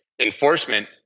enforcement